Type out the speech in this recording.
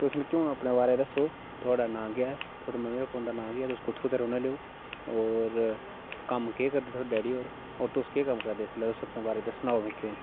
तुस मिगी हून अपने बारै दस्सो थुआढ़ा नांऽ केह् ऐ थुआढ़े मम्मी भापा हुंदा नांऽ केह् ऐ तुस कु'त्थुं दे रौह्ने आह्ले ओ होर कम्म केह् करदे थुआढ़े डैडी होर होर तुस केह् कम्म करदे इसलै तुस अपने बारै सनाओ मिगी हून